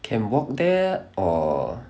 can walk there or